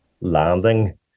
landing